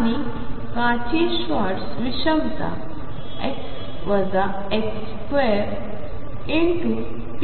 आणि Cauchy Schwarz विषमता ⟨x ⟨x⟩2p